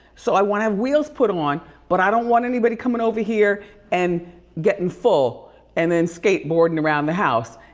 so i wanna have wheels put on but i don't want anybody coming over here and getting full and then skateboarding around the house.